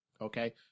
Okay